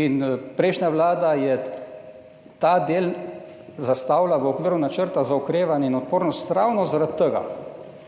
In prejšnja vlada je ta del zastavila v okviru Načrta za okrevanje in odpornost ravno zaradi tega,